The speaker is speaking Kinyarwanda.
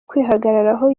kwihagararaho